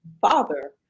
father